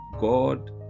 God